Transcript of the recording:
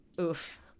Oof